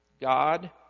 God